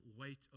weight